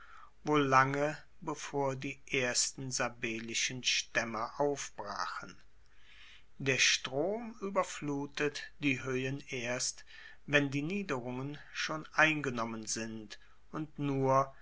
wohl lange bevor die ersten sabellischen staemme aufbrachen der strom ueberflutet die hoehen erst wenn die niederungen schon eingenommen sind und nur